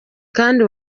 kandi